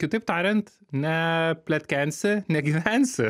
kitaip tariant nepletkensi negyvensi